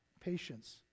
patience